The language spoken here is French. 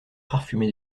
parfumé